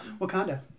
Wakanda